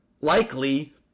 likely